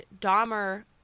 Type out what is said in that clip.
Dahmer